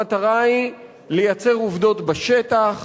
המטרה היא לייצר עובדות בשטח,